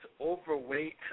overweight